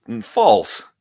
False